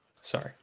Sorry